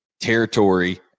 territory